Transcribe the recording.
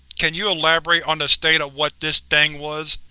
can you elaborate on the state of what this thing was?